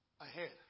ahead